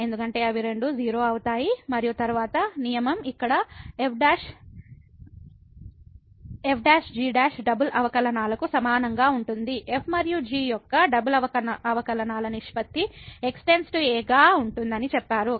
ఎందుకంటే అవి రెండూ 0 అవుతాయి మరియు తరువాత నియమం ఇక్కడ f g డబుల్ అవకలనాలకు సమానంగా ఉంటుంది f మరియు g యొక్క డబుల్ అవకలనాల నిష్పత్తి x → a గా ఉంటుందని చెప్పారు